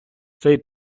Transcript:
цей